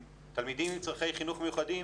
ותלמידים עם צרכי חינוך מיוחדים